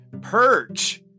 Perch